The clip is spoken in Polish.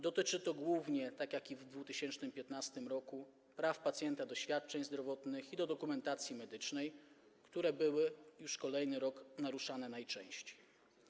Dotyczy to głównie, tak jak w 2015 r., praw pacjenta do świadczeń zdrowotnych i do dokumentacji medycznej, które były już kolejny rok naruszane najczęściej.